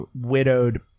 widowed